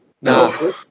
No